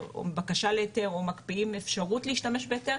או בקשה להיתר או מקפיאים אפשרות להשתמש בהיתר,